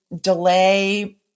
delay